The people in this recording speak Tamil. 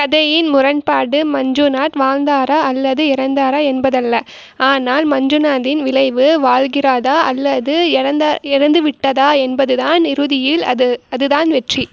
கதையின் முரண்பாடு மஞ்சுநாத் வாழ்ந்தாரா அல்லது இறந்தாரா என்பதல்ல ஆனால் மஞ்சுநாத்தின் விளைவு வாழ்கிறதா அல்லது இறந்துவிட்டதா என்பது தான் இறுதியில் அது அதுதான் வெற்றி